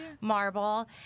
marble